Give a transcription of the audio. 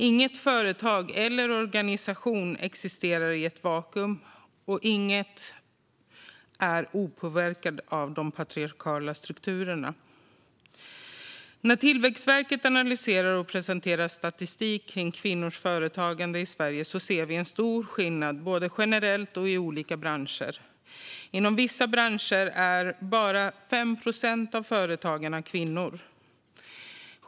Inga företag eller organisationer existerar i ett vakuum, och ingen är opåverkad av de patriarkala strukturerna. När Tillväxtverket analyserar och presenterar statistik över kvinnors företagande i Sverige ser vi en stor skillnad både generellt och i olika branscher. I vissa branscher är bara 5 procent av företagarna kvinnor.